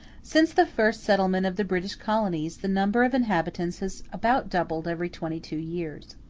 since the first settlement of the british colonies, the number of inhabitants has about doubled every twenty-two years.